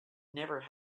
never